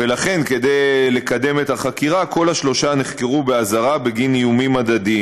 ולכן כדי לקדם את החקירה כל השלושה נחקרו באזהרה בגין איומים הדדיים.